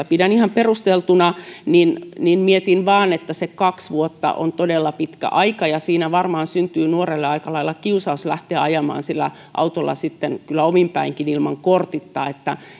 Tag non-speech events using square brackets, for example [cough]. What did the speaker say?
[unintelligible] pidän ihan perusteltuna niin niin mietin vain että kaksi vuotta on todella pitkä aika ja siinä varmaan syntyy nuorelle aika lailla kiusaus lähteä ajamaan sillä autolla sitten kyllä omin päinkin ilman korttia että